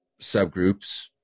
subgroups